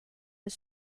are